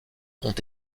ont